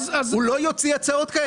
הוא לא יוציא הצעות כאלה.